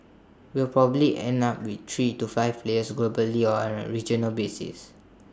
we will probably end up with three to five players globally or on A regional basis